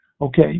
okay